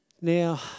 Now